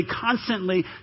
constantly